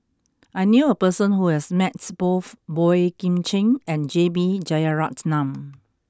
I knew a person who has met both Boey Kim Cheng and J B Jeyaretnam